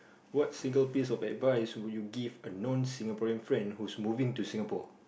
what single piece of advice would you give a non Singaporean friend who is moving to Singapore